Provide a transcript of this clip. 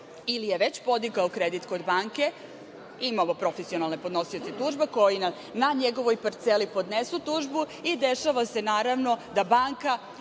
ili je već podigao kredit kod banke. Imamo profesionalne podnosioce tužbe koji na njegovoj parceli podnesu tužbu i dešava se naravno da banka